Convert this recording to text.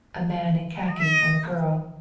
a man in khaki and a girl.